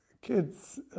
Kids